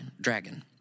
dragon